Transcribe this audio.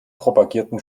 propagierten